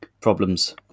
problems